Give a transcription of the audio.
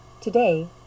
Today